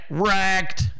wrecked